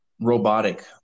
robotic